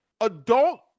adult